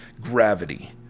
gravity